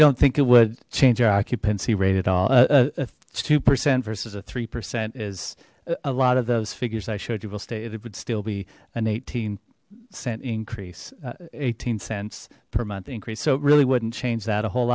don't think it would change our occupancy rate at all a two percent versus a three percent is a lot of those figures i showed you will stay it it would still be an eighteen cent increase eighteen cents per month increase so it really wouldn't change that a whole